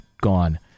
gone